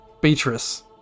Beatrice